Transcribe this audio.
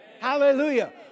Hallelujah